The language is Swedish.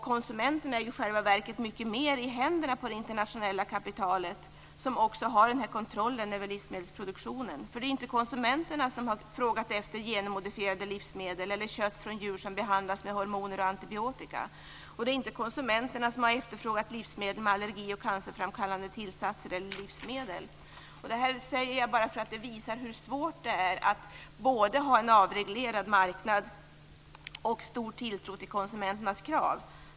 Konsumenterna är i själva verket mycket mer i händerna på det internationella kapitalet som också har den här kontrollen över livsmedelsproduktionen. Det är inte konsumenterna som har frågat efter genmodifierade livsmedel eller kött från djur som behandlas med hormoner och antibiotika. Det är inte heller konsumenterna som har efterfrågat livsmedel med allergioch cancerframkallande tillsatser. Detta säger jag bara därför att det visar hur svårt det är att både ha en avreglerad marknad och en stor tilltro till konsumenternas krav.